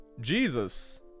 Jesus